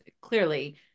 clearly